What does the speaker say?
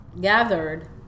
gathered